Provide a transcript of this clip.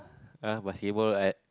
ah basketball I